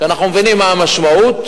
ואנחנו מבינים מה המשמעות,